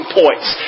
points